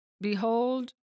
Behold